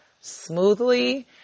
smoothly